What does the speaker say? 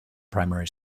primary